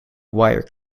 wire